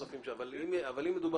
הם יצטרכו